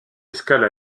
escale